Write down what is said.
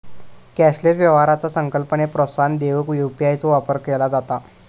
cashless व्यवहाराचा संकल्पनेक प्रोत्साहन देऊक यू.पी.आय चो वापर केला जाता